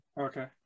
Okay